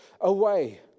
away